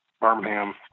Birmingham